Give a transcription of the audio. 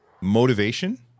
motivation